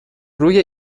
روی